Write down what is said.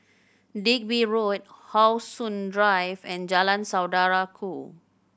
Digby Road How Sun Drive and Jalan Saudara Ku